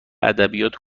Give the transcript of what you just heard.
ادبیات